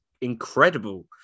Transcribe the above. incredible